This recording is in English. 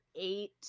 eight